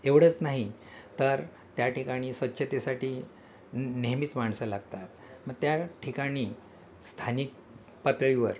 एवढंच नाही तर त्या ठिकाणी स्वच्छतेसाठी नेहमीच माणसं लागतात मग त्या ठिकाणी स्थानिक पातळीवर